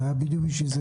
זה היה בדיוק בשביל זה,